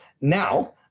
Now